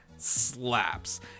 slaps